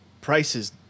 price's